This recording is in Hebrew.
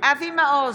אבי מעוז,